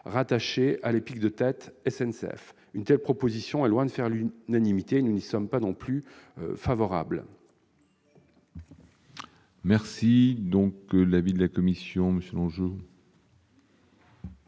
rattachée à l'EPIC de tête SNCF. Une telle proposition est loin de faire l'unanimité ; nous n'y sommes pas non plus favorables. Quel est l'avis de la commission ? Il y